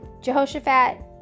Jehoshaphat